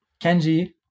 Kenji